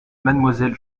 mademoiselle